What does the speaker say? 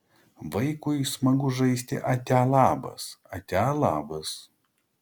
vaikui smagu žaisti atia labas atia labas